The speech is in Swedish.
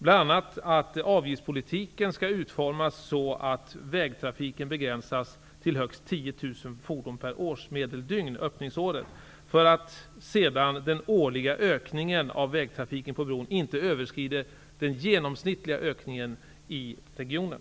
Bl.a. bör avgiftspolitiken utformas så, att vägtrafiken begränsas till högst 10 000 fordon per årsmedeldygn under öppningsåren, och den årliga ökningen av vägtrafiken på bron bör sedan inte överskrida den genomsnittliga ökningen i regionen.